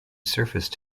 surface